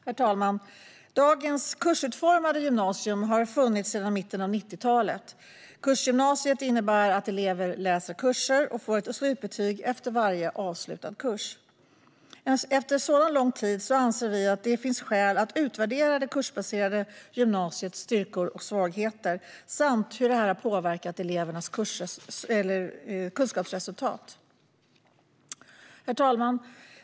Herr talman! Dagens kursutformade gymnasium har funnits sedan mitten av 90-talet. Kursgymnasiet innebär att eleverna läser kurser och får ett slutbetyg efter varje avslutad kurs. Efter en sådan lång tid anser vi att det finns skäl att utvärdera det kursbaserade gymnasiets styrkor och svagheter samt hur det har påverkat elevernas kunskapsresultat. Herr talman!